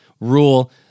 rule